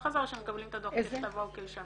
הזה או שמקבלים את הדוח ככתבו וכלשונו?